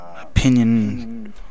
opinion